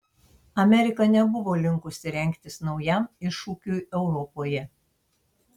amerika nebuvo linkusi rengtis naujam iššūkiui europoje